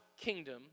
kingdom